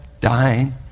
dying